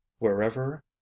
Wherever